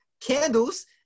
candles